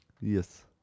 Yes